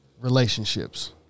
relationships